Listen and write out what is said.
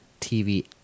TV